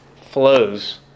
flows